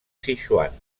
sichuan